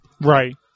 Right